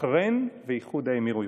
בחריין ואיחוד האמירויות.